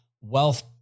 wealth